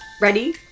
Ready